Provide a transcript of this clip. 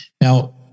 Now